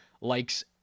likes